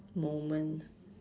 moment